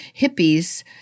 hippies